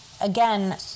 again